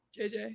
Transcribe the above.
JJ